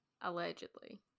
Allegedly